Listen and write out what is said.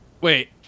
wait